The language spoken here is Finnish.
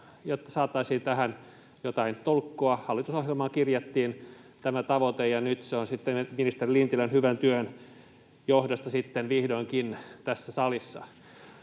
jotta saataisiin tähän jotain tolkkua. Hallitusohjelmaan kirjattiin tämä tavoite, ja nyt se on ministeri Lintilän hyvän työn johdosta sitten vihdoinkin tässä salissa.